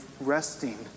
resting